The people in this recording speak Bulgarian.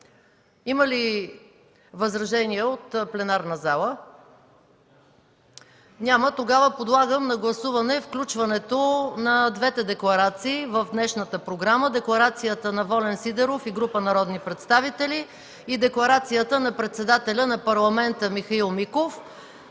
Има ли възражения от пленарната зала? Няма. Подлагам на гласуване включването на двете декларации в днешната програма – декларацията на Волен Сидеров и група народни представители и декларацията на председателя на Парламента Михаил Миков